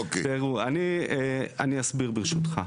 תראו, אני אסביר ברשותך.